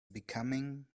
becoming